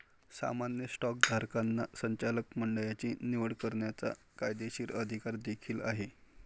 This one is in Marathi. सामान्य स्टॉकधारकांना संचालक मंडळाची निवड करण्याचा कायदेशीर अधिकार देखील आहे